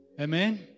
Amen